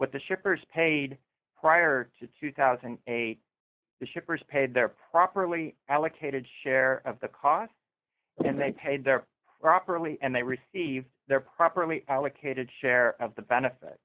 with the shippers paid prior to two thousand and eight the shippers paid their properly allocated share of the cost and they paid their properly and they received their properly allocated share of the benefit